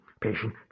patient